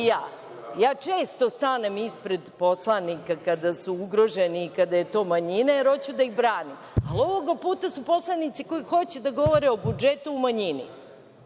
često stanem ispred poslanika kada su ugroženi i kada je to manjina, jer hoću da ih branim. Ali, ovoga puta su poslanici koji hoće da govore o budžetu u manjini,